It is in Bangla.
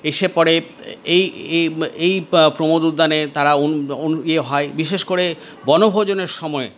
এসে পড়ে এই এই এই প্রমোদ উদ্যানে তারা ইয়ে হয় বিশেষ করে বনভোজনের সময়